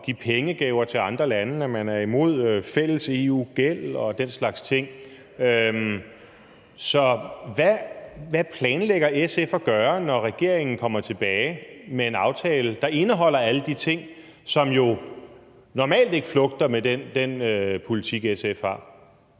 give pengegaver til andre lande, at man er imod fælles EU-gæld og den slags ting? Så hvad planlægger SF at gøre, når regeringen kommer tilbage med en aftale, der indeholder alle de ting, som jo normalt ikke flugter med den politik, SF har?